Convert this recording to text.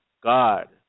God